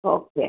okay